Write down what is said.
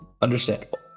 Understandable